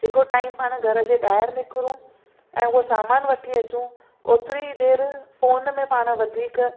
जेको टाइम पाण घर जे ॿाहिरि निकरूं ऐं उहो सामान वठी अचूं ओतिरी ई देरि फोन में पाण वधीक